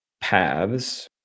paths